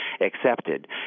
accepted